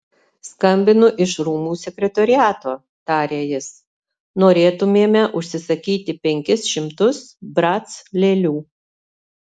skambinu iš rūmų sekretoriato tarė jis norėtumėme užsisakyti penkis šimtus brac lėlių